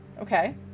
Okay